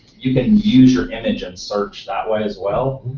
you can use your image on search that way as well,